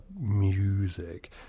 music